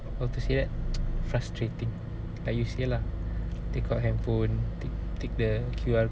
how to say that frustrating like you said lah take out handphone take take the Q_R